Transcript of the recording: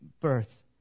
birth